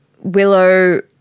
Willow